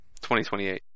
2028